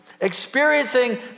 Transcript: experiencing